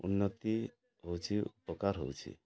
ଉନ୍ନତି ହେଉଛି ଉପକାର ହେଉଛି